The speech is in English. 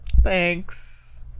thanks